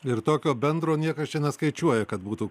ir tokio bendro niekas čia neskaičiuoja kad būtų